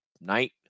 night